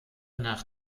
nach